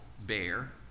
bear